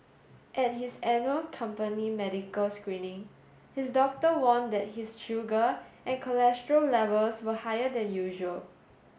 at his annual company medical screening his doctor warned that his sugar and cholesterol levels were higher than usual